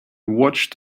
watched